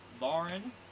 Lauren